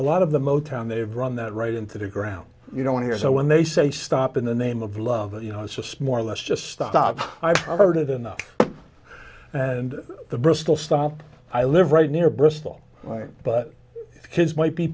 a lot of the motown they've run that right into the ground you don't hear so when they say stop in the name of love you know it's just more or less just stop i've heard it enough and the bristol stomp i live right near bristol but his might be